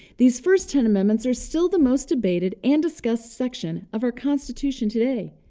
these first ten amendments are still the most debated and discussed section of our constitution today.